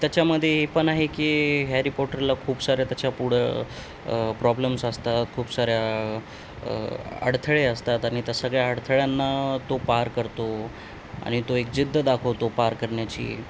त्याच्यामध्ये हे पण आहे की हॅरी पॉटरला खूप साऱ्या त्याच्या पुढं प्रॉब्लेम्स असतात खूप साऱ्या अडथळे असतात आणि त्या सगळ्या अडथळ्यांना तो पार करतो आणि तो एक जिद्द दाखवतो पार करण्याची